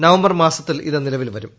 November മാസത്തിൽ ഇത് നിലവിൽ വരും